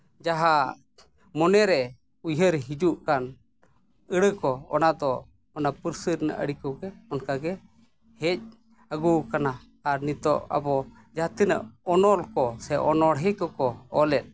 ᱡᱟᱦᱟᱸ ᱢᱚᱱᱮ ᱨᱮ ᱦᱤᱡᱩᱜ ᱠᱟᱱ ᱟᱹᱲᱟᱹ ᱠᱚ ᱚᱱᱟ ᱫᱚ ᱚᱱᱟ ᱯᱟᱹᱨᱥᱤ ᱨᱮᱱᱟᱜ ᱟᱹᱰᱤ ᱠᱚᱜᱮ ᱚᱱᱠᱟ ᱜᱮ ᱦᱮᱡ ᱟᱹᱜᱩ ᱠᱟᱱᱟ ᱟᱨ ᱱᱤᱛᱚᱜ ᱟᱵᱚ ᱡᱟᱦᱟᱸ ᱛᱤᱱᱟᱹᱜ ᱫᱤᱱ ᱚᱱᱚᱞ ᱠᱚ ᱥᱮ ᱚᱱᱚᱲᱦᱮ ᱠᱚ ᱠᱚ ᱚᱞᱮᱫ